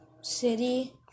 city